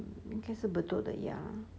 因该是 bedok 的鸭